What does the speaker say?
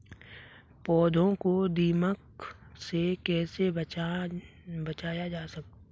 पौधों को दीमक से कैसे बचाया जाय?